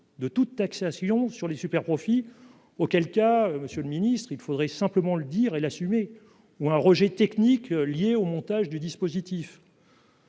de toute taxation sur les superprofits, auquel cas, monsieur le ministre, il faudrait simplement le dire et l'assumer, ou un rejet techniques liés au montage du dispositif.